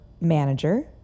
manager